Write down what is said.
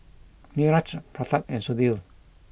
Niraj Pratap and Sudhir